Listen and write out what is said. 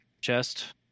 chest